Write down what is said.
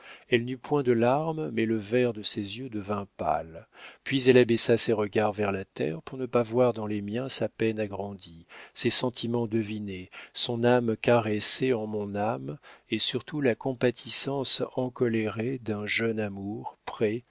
elle n'eut point de larmes mais le vert de ses yeux devint pâle puis elle abaissa ses regards vers la terre pour ne pas voir dans les miens sa peine agrandie ses sentiments devinés son âme caressée en mon âme et surtout la compatissance encolorée d'un jeune amour